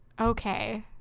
okay